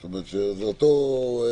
זאת אומרת זה אותו דבר,